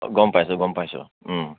গম পাইছোঁ গম পাইছোঁ